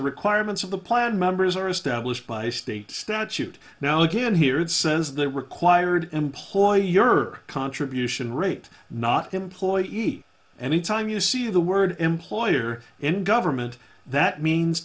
requirements of the plan members are established by state statute now you can hear it says they required employee your contribution rate not employee eat any time you see the word employer in government that means